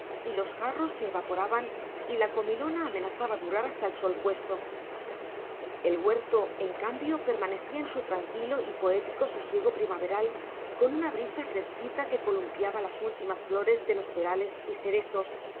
y los jarros se evaporaban y la comilona amenazaba durar hasta el sol puesto el huerto en cambio permanecía en su tranquilo y poético sosiego primaveral con una brisa fresquita que columpiaba las últimas flores de los perales y cerezos